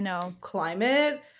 climate